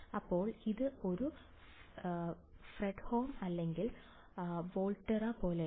അപ്പോൾ ഇത് ഒരു ഫ്രെഡ്ഹോം അല്ലെങ്കിൽ വോൾട്ടേറ പോലെയാണോ